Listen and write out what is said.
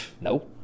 No